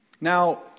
Now